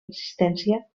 existència